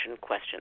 question